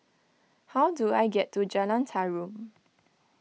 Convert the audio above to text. how do I get to Jalan Tarum